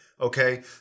Okay